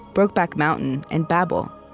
brokeback mountain, and babel.